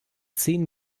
zehn